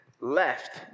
left